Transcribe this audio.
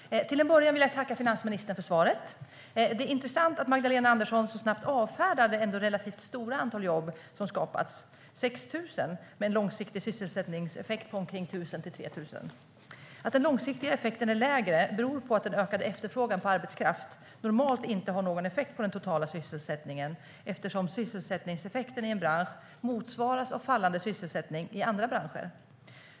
Herr talman! Till en början vill jag tacka finansministern för svaret. Det är intressant att Magdalena Andersson så snabbt avfärdar det ändå relativt stora antal jobb som skapats - 6 000 - och en långsiktig sysselsättningseffekt på omkring 1 000-3 000. Att den långsiktiga effekten är lägre beror på att en ökad efterfrågan på arbetskraft normalt inte har någon effekt på den totala sysselsättningen, eftersom sysselsättningseffekten i en bransch motsvaras av fallande sysselsättning i andra branscher.